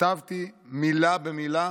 שכתבתי מילה במילה